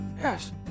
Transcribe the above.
Yes